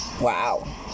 wow